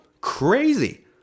Crazy